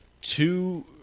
two